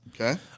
Okay